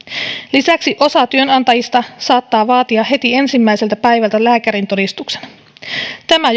lisäksi osa työnantajista saattaa vaatia heti ensimmäiseltä päivältä lääkärintodistuksen tämä